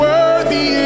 Worthy